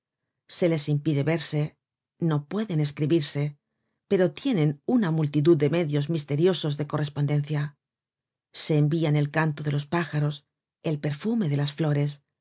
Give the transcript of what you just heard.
se les impide verse no pueden escribirse pero tienen una multitud de medios misteriosos de correspondencia se envian el canto de los pájaros el perfume de las flores